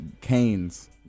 Canes